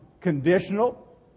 conditional